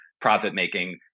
profit-making